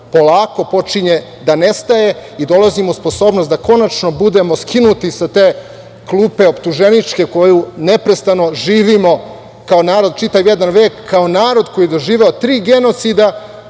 polako počinje da nestaje i dolazimo u sposobnost da konačno budemo skinuti sa te optuženičke klupe koju neprestano živimo, kao narod čitav jedan vek, kao narod koji je doživeo tri genocida,